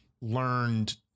Learned